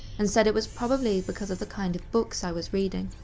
and said it was probably because of the kind of books i was reading.